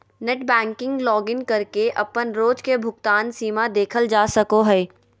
net banking login करके अपन रोज के भुगतान सीमा देखल जा सको हय